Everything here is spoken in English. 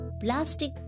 plastic